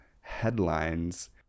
headlines